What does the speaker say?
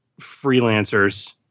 freelancers